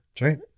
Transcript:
Right